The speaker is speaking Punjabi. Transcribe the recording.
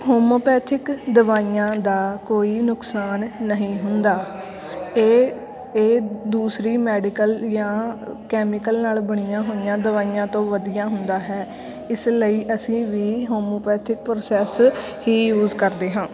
ਹੋਮੋਪੈਥਿਕ ਦਵਾਈਆਂ ਦਾ ਕੋਈ ਨੁਕਸਾਨ ਨਹੀਂ ਹੁੰਦਾ ਇਹ ਇਹ ਦੂਸਰੀ ਮੈਡੀਕਲ ਜਾਂ ਕੈਮੀਕਲ ਨਾਲ ਬਣੀਆਂ ਹੋਈਆਂ ਦਵਾਈਆਂ ਤੋਂ ਵਧੀਆਂ ਹੁੰਦਾ ਹੈ ਇਸ ਲਈ ਅਸੀਂ ਵੀ ਹੋਮੋਪੈਥਿਕ ਪ੍ਰੋਸੈਸ ਹੀ ਯੂਜ਼ ਕਰਦੇ ਹਾਂ